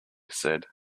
said